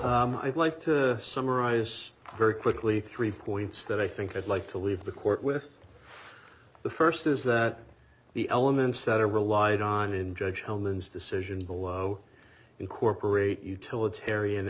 you i'd like to summarize very quickly three points that i think i'd like to leave the court with the first is that the elements that are relied on in judge hellman's decision below incorporate utilitarian